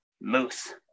moose